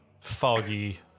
foggy